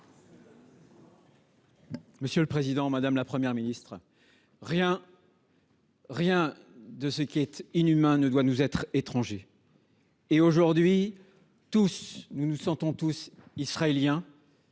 Républicains. Madame la Première ministre, rien de ce qui est inhumain ne doit nous être étranger. Aujourd’hui, nous nous sentons tous Israéliens